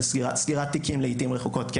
על סגירת תיקים לעיתים רחוקות,